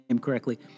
correctly